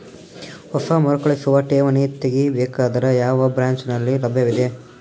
ಹೊಸ ಮರುಕಳಿಸುವ ಠೇವಣಿ ತೇಗಿ ಬೇಕಾದರ ಯಾವ ಬ್ರಾಂಚ್ ನಲ್ಲಿ ಲಭ್ಯವಿದೆ?